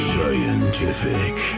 Scientific